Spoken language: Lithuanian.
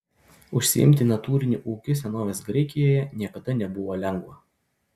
užsiimti natūriniu ūkiu senovės graikijoje niekada nebuvo lengva